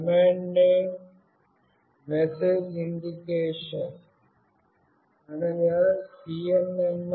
command name message indication అనగా CNMI